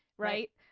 right.